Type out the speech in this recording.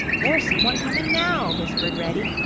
there's someone coming now, whispered reddy,